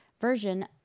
version